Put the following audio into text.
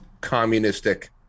communistic